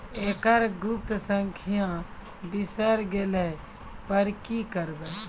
एकरऽ गुप्त संख्या बिसैर गेला पर की करवै?